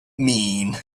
mean